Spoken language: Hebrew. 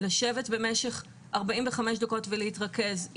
לשבת במשך 45 דקות ולהתרכז,